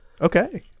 Okay